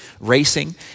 racing